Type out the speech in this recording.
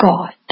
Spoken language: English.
God